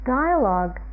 dialogue